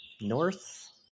north